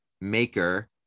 maker